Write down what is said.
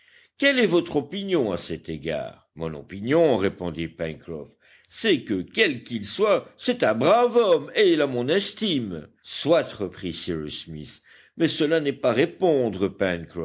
quelle est votre opinion à cet égard mon opinion répondit pencroff c'est que quel qu'il soit c'est un brave homme et il a mon estime soit reprit cyrus smith mais cela n'est pas répondre